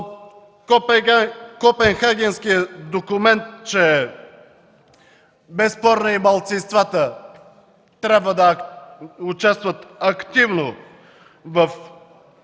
от Копенхагенския документ, че и малцинствата трябва да участват активно в